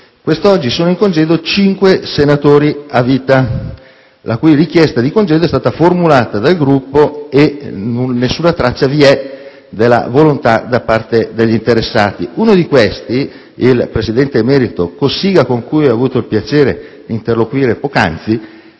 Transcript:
Quest'oggi sono in congedo cinque senatori a vita, la cui richiesta di congedo è stata formulata dal Gruppo e nessuna traccia vi è della volontà da parte degli interessati. Uno di questi, il presidente emerito Cossiga, con cui ho avuto il piacere d'interloquire poc'anzi,